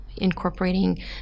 incorporating